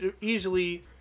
easily